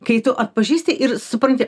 kai tu atpažįsti ir supranti